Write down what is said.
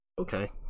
Okay